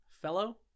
fellow